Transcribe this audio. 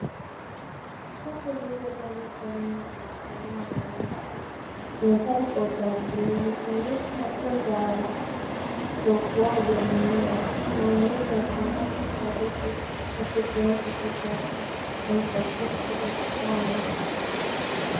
Safu zilizo jaa miche ya mimea ya aina mbalimbali, zimepangwa kwa utaratibu zikionyesha hatua za awali za ukuaji wa mimea na umuhimu wa upandaji sahihi katika kilimo cha kisasa na utafiti wa kisayansi.